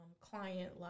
client